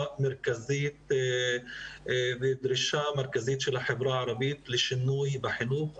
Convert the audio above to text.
מרכזית ודרישה מרכזית של החברה הערבית לשינוי בחינוך.